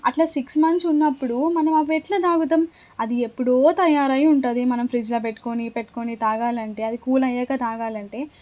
అట్లా six months ఉన్నప్పుడు మనం అవి ఎట్లా తాగుతం అది ఎప్పుడో తయారై ఉంటుంది మనం ఫ్రిజ్లో పెట్టుకొని పెట్టుకొని తాగాలంటే అది కూల్ అయ్యాక తాగాలంటే